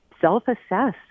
self-assess